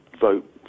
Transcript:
vote